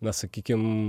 na sakykim